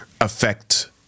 affect